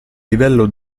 livello